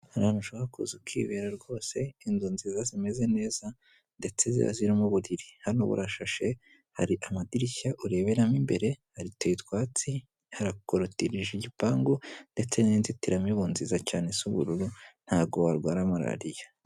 Hari ahantu ushobora kuza ukibera rwose, inzu nziza zimeze neza ndetse ziba zirimo uburiri, hano burashashe hari amadirishya ureberamo imbere, hateye utwatsi, harakorotirije igipangu, ndetse n'inzitiramibu nziza cyane isa ubururu ntago warwara marariya.